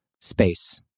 space